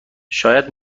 شاید